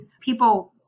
people